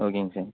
ஓகேங்க சார்